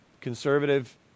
conservative